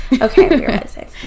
okay